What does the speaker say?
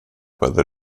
whether